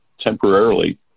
temporarily